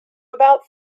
about